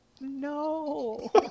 No